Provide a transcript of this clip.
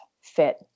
fit